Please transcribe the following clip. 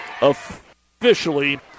officially